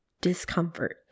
discomfort